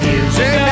Music